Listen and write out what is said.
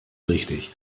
richtig